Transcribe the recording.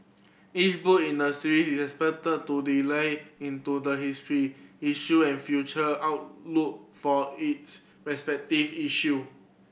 each book in the series is expected to delve into the history issue and future outlook for its respective issue